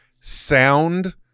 sound